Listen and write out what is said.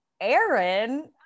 Aaron